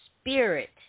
spirit